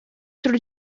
drwy